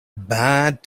bad